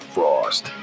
Frost